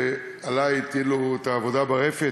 ועלי הטילו את העבודה ברפת.